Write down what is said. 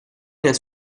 nel